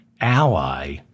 ally